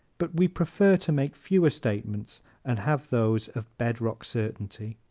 but we prefer to make fewer statements and have those of bedrock certainty.